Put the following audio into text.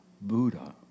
Buddha